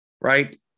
right